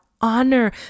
honor